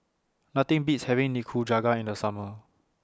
Nothing Beats having Nikujaga in The Summer